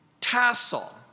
tassel